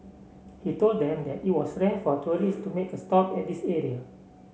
he told them that it was rare for tourist to make a stop at this area